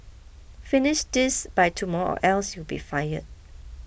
finish this by tomorrow else you'll be fired